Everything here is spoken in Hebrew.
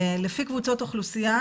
לפי קבוצות אוכלוסייה,